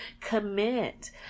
commit